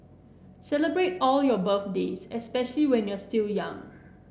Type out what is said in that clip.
celebrate all your birthdays especially when you're still young